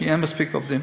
כי אין מספיק עובדים.